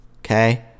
okay